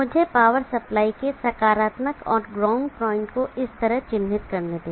मुझे power supply के सकारात्मक और ग्राउंड पॉइंट को इस तरह चिन्हित करने दें